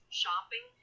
shopping